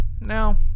Now